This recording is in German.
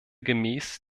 gemäß